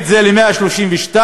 למועצות הדרוזיות?